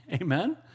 Amen